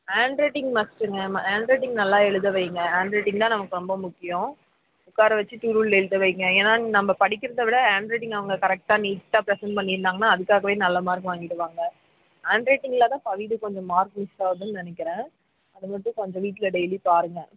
handwriting மஸ்ட்டுங்க handwriting நல்லா எழுத வைங்க ஹேண்ட்ரைட்டிங் தான் நமக்கு ரொம்ப முக்கியம் உட்கார வச்சுட்டு உள்ளே எழுத வைங்க ஏன்னா நம்ப படிக்கிறதை விட ஹேண்ட்ரைட்டிங் அவங்க கரெக்ட்டாக நீட்டாக ப்ரசென்ட் பண்ணிருந்தாங்கன்னா அதற்காகவே நல்ல மார்க் வாங்கிவிடுவாங்க ஹேண்ட்ரைட்டிங்கில் தான் பவிக்கு கொஞ்சம் மார்க் மிஸ்சாகுது நினைக்கிறேன் அது மட்டும் கொஞ்சம் வீட்டில் டெய்லியும் பாருங்கள்